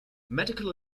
medical